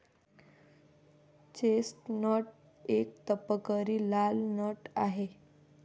chestnut एक तपकिरी लाल नट आहे